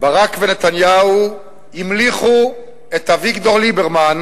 ברק ונתניהו המליכו את אביגדור ליברמן